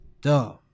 Duh